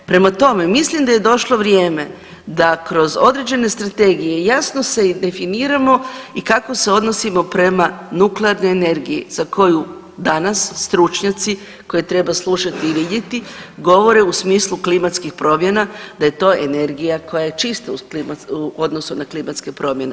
Prema tome, mislim da je došlo vrijeme da kroz određene strategije jasno se definiramo i kako se odnosimo prema nuklearnoj energiji za koju danas stručnjaci, koje treba slušati i vidjeti, govore u smislu klimatskih promjena, da je to energija koja je čista u odnosu na klimatske promjene.